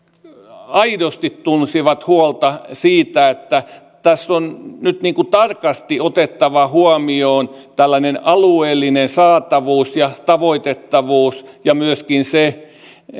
aidosti tunsivat huolta siitä että tässä on nyt tarkasti otettava huomioon tällainen alueellinen saatavuus ja tavoitettavuus ja se